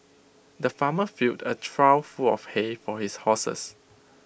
the farmer filled A trough full of hay for his horses